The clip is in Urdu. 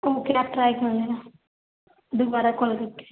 اوکے آپ ٹرائی کر لینا دوبارہ کال کر کے